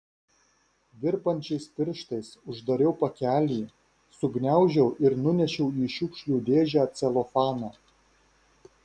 virpančiais pirštais uždariau pakelį sugniaužiau ir nunešiau į šiukšlių dėžę celofaną